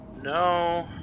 No